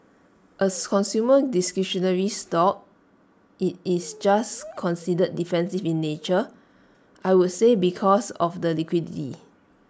A consumer discretionary stock IT is just considered defensive in nature I would say because of the liquidity